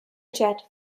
jet